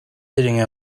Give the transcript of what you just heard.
sitting